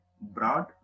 Broad